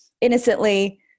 innocently